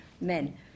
men